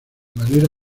manera